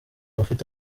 afite